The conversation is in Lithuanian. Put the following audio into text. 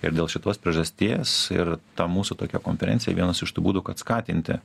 ir dėl šitos priežasties ir ta mūsų tokia konferencija vienas iš tų būdų kad skatinti